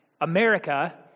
America